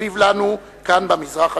מסביב לנו, כאן במזרח התיכון.